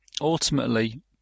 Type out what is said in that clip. ultimately